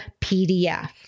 PDF